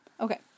Okay